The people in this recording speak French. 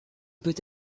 peut